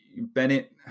Bennett